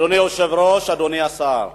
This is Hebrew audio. אדוני היושב-ראש, אדוני השר,